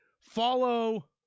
follow